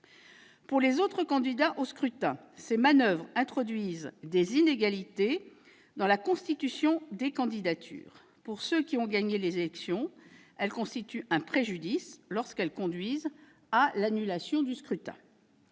Pour les autres candidats au scrutin, ces manoeuvres introduisent des inégalités dans la constitution des candidatures. Pour ceux qui ont gagné l'élection, elles constituent un préjudice lorsqu'elles conduisent à l'annulation du scrutin.